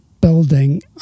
building